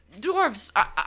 dwarves